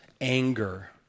anger